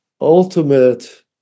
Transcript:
ultimate